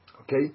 Okay